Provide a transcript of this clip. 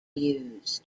used